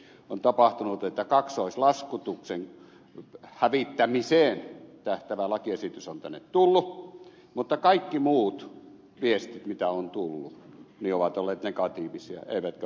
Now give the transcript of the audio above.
on tapahtunut että kaksoislaskutuksen hävittämiseen tähtäävä lakiesitys on tänne tullut mutta kaikki muut viestit jotka ovat tulleet ovat olleet negatiivisia eivätkä positiivisia